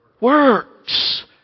works